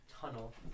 tunnel